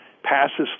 Passes